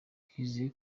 twizeye